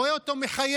רואה אותו מחייך.